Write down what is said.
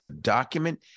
document